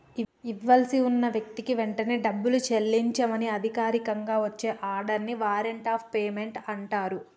ఇవ్వాల్సి ఉన్న వ్యక్తికి వెంటనే డబ్బుని చెల్లించమని అధికారికంగా వచ్చే ఆర్డర్ ని వారెంట్ ఆఫ్ పేమెంట్ అంటరు